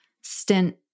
stint